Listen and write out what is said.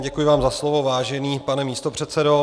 Děkuji vám za slovo, vážený pane místopředsedo.